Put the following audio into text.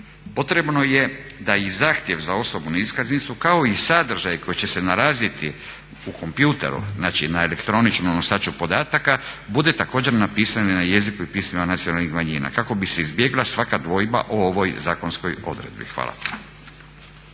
potrebno je da i zahtjev za osobnu iskaznicu kao i sadržaj koji će se nalaziti u kompjuteru, znači na elektroničnom nosaču podataka bude također napisana na jeziku i pismima nacionalnih manjina kako bi se izbjegla svaka dvojba o ovoj zakonskoj odredbi. Hvala.